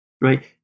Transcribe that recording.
right